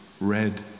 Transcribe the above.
red